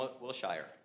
Wilshire